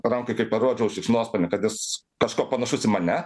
rankai kai parodžiau šikšnosparnį kad jis kažkuo panašus į mane